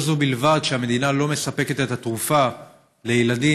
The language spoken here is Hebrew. לא זו בלבד שהמדינה לא מספקת את התרופה לילדים